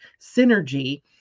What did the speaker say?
synergy